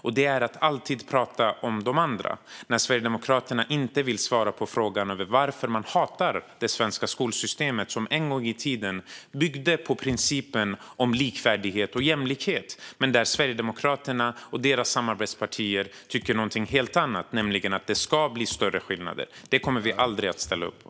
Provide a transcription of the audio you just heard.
Den går ut på att alltid prata om de andra när Sverigedemokraterna inte vill svara på frågan varför man hatar det svenska skolsystemet. En gång i tiden byggde det svenska skolsystemet på principen om likvärdighet och jämlikhet, men Sverigedemokraterna och deras samarbetspartier tycker någonting helt annat, nämligen att det ska bli större skillnader. Det kommer vi aldrig att ställa upp på.